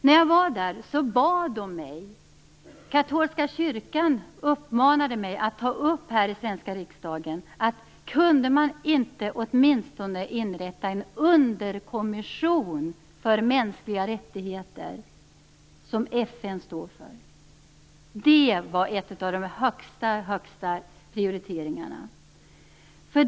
När jag var där uppmanade katolska kyrkan mig att här i den svenska riksdagen ta upp frågan om att inrätta åtminstone en underkommission för mänskliga rättigheter som FN står för. Det var en av de högsta prioriteringarna.